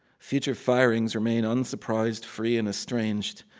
future firings remain unsurprised, free, and estranged.